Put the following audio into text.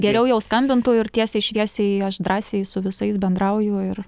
geriau jau skambintų ir tiesiai šviesiai aš drąsiai su visais bendrauju ir